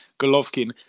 Golovkin